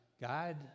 God